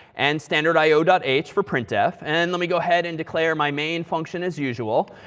and standard io dot h, for printdef. and let me go ahead and declare my main function as usual.